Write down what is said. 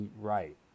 Right